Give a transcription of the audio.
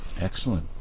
excellent